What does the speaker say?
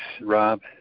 Rob